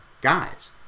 guys